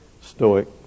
stoic